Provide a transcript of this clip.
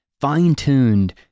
fine-tuned